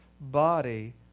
body